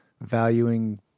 valuing